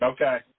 Okay